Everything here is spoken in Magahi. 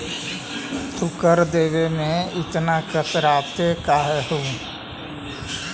तू कर देवे में इतना कतराते काहे हु